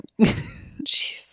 Jeez